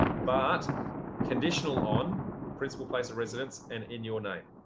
but conditional on principal place of residence and in your name,